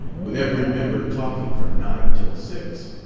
with every member talking from nine till six.